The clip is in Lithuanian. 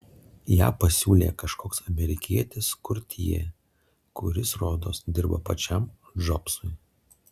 ją pasiūlė kažkoks amerikietis kurtjė kuris rodos dirba pačiam džobsui